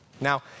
Now